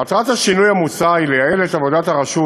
מטרת השינוי המוצע היא לייעל את עבודת הרשות